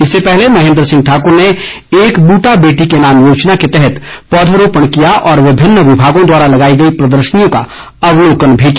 इससे पहले महेन्द्र सिंह ठाकूर ने एक बूटा बेटी के नाम योजना के तहत पौधरोपण किया और विभिन्न विभागों द्वारा लगाई गई प्रदर्शनियों का अवलोकन भी किया